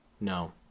No